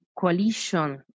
coalition